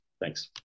Thanks